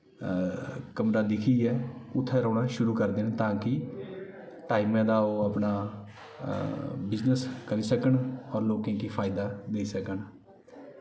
कमरा दिक्खियै उत्थें रौह्ना शुरू करदे न ताकि टाइमें दा ओह् अपना बिजनेस करी सकन होर लोकें गी फायदा देई सकन